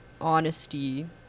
honesty